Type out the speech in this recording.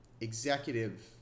executive